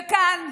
וכאן,